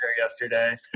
yesterday